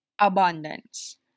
abundance